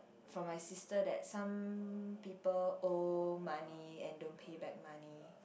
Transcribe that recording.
from my sister that some people owe money and don't pay back money